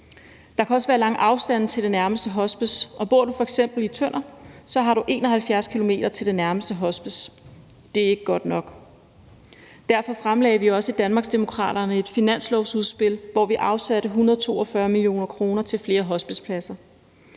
Der kan også være lang afstand til det nærmeste hospice, og bor du f.eks. i Tønder, har du 71 km til det nærmeste hospice. Det er ikke godt nok. Derfor fremlagde vi også fra Danmarksdemokraternes side et finanslovsudspil, hvor vi afsatte 142 millioner kr. til flere hospicepladser,